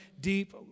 deep